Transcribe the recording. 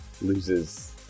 loses